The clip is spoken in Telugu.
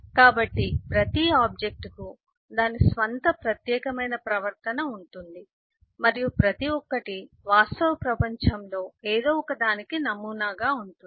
కాబట్టి ప్రతి ఆబ్జెక్ట్కు దాని స్వంత ప్రత్యేకమైన ప్రవర్తన ఉంటుంది మరియు ప్రతి ఒక్కటి వాస్తవ ప్రపంచంలో ఏదో ఒక దానికి నమూనాగా ఉంటుంది